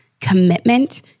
commitment